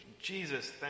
Jesus